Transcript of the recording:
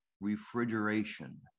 refrigeration